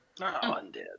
undead